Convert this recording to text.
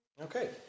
Okay